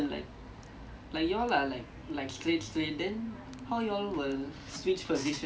and like end up a lot of people will trip at point that you take over